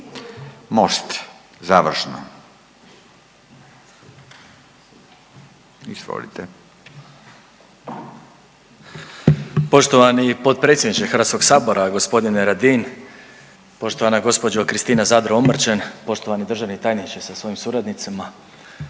Most završno, izvolite.